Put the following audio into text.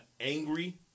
angry